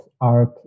art